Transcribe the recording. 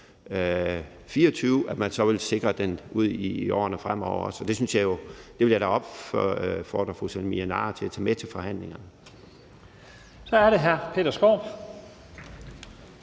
at man så vil sikre det ud i årene fremover også. Og det vil jeg da opfordre fru Samira Nawa til at tage med til forhandlingerne.